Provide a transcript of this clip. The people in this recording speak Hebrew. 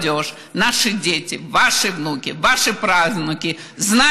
סגנית יושב-ראש הכנסת חברת הכנסת טלי